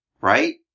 Right